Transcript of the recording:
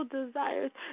desires